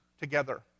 together